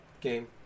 game